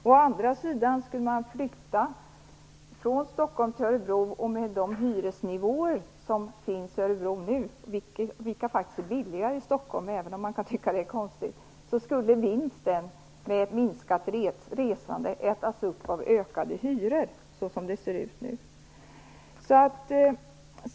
Om man å andra sidan skulle flytta verksamheten från Stockholm skulle, med hänsyn till hyresnivåerna i Örebro - hyrorna är faktiskt lägre i Stockholm, även om man kan tycka att det är konstigt - vinsten av ett minskat resande ätas upp av ökade hyreskostnader.